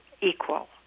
equal